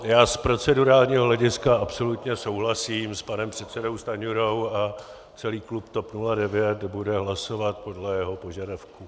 Já z procedurálního hlediska absolutně souhlasím s panem předsedou Stanjurou a celý klub TOP 09 bude hlasovat podle jeho požadavku.